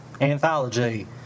Anthology